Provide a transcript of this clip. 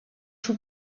two